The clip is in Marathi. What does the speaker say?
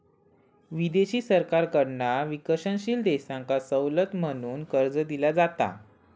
विदेशी सरकारकडना विकसनशील देशांका सवलत म्हणून कर्ज दिला जाता